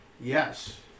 Yes